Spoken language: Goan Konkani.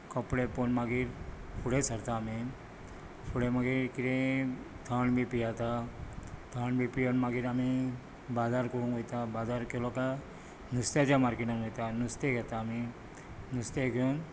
कपडे पोवून मागीर फुडें सरतात आमी फुडें मागीर कितें थंड बी पियेता थंड बी पिवून मागीर आमी बाजार पोवूंक वयता बाजार केलो कांय नुस्त्याच्या मार्केटांत वयता नुस्तें घेता आमी नुस्तें घेवन